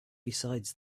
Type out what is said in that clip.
besides